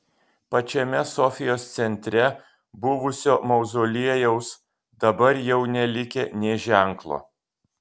pačiame sofijos centre buvusio mauzoliejaus dabar jau nelikę nė ženklo